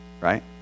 right